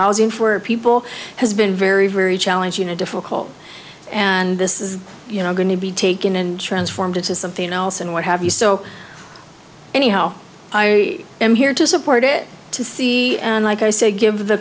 housing for people has been very very challenging and difficult and this is you know going to be taken and transformed into something else and what have you so anyhow i am here to support it to see like i said give the